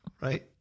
right